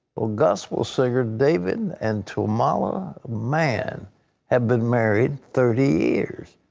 well, gospel singers david and tamela mann have been married thirty years.